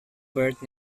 birth